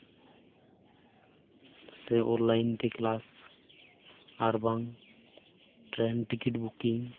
ᱥᱮ ᱚᱱᱞᱟᱭᱤᱱ ᱛᱮ ᱠᱞᱟᱥ ᱟᱨᱵᱟᱝ ᱴᱨᱮᱹᱱ ᱴᱤᱠᱤᱴ ᱵᱩᱠᱤᱝ